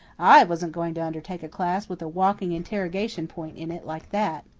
i wasn't going to undertake a class with a walking interrogation point in it like that.